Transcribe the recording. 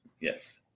Yes